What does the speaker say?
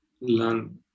learn